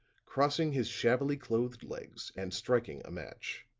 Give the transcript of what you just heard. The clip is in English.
crossing his shabbily clothed legs and striking a match.